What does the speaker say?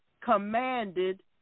commanded